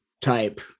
type